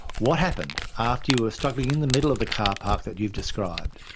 what happened after you were struggling in the middle of the car park that you've described?